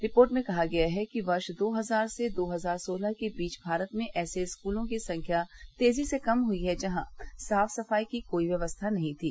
report में कहा गया है कि वर्ष दो हजार से दो हजार सोलह के बीच भारत में ऐसे स्कूलों की संख्या तेजी से कम हुई है जहां साफ सफाई की कोई व्यवस्था नहीं थी